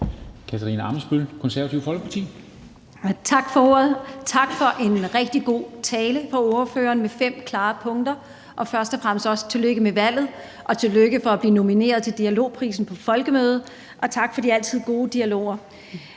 Tak for ordet. Tak for en rigtig god tale fra ordføreren med fem klare punkter, og først og fremmest også tillykke med valget og med at blive nomineret til Dialogprisen på folkemødet, og tak for de altid gode dialoger.